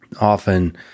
often